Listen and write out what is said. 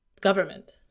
government